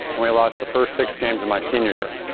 we lost the first six games in my senior year.